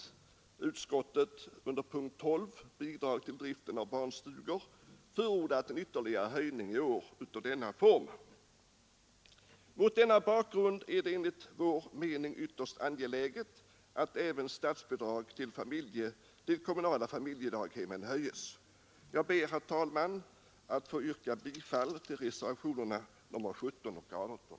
Utskottet har under punkten 12 Bidrag till driften av barnstugor förordat en ytterligare höjning i år av denna bidragsform. Mot denna bakgrund är det enligt vår mening ytterst angeläget att även statsbidraget till de kommunala familjedaghemmen höjs. Jag ber, herr talman, att få yrka bifall till reservationerna 17 och 18.